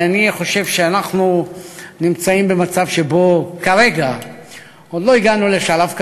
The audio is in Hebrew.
אני חושב שאנחנו נמצאים במצב שבו כרגע עוד לא הגענו לשלב כזה.